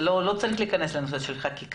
זה לא צריך להיכנס כחקיקה,